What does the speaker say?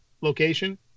location